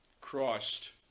Christ